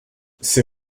ces